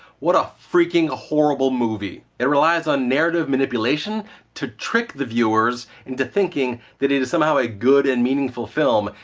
what a freaking horrible movie! it relies upon ah narrative manipulation to trick the viewers into thinking that it is somehow a good and meaningful film,